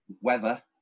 weather